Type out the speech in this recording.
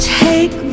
take